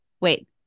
Wait